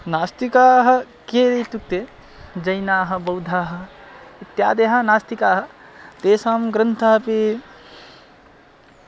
नास्तिकाः किय इत्युक्ते जैनाः बौद्धाः इत्यादयः नास्तिकाः तेषां ग्रन्थाः अपि